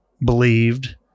believed